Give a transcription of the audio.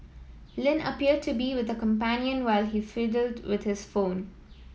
Lin appeared to be with a companion while he fiddled with his phone